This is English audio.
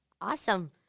awesome